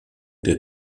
der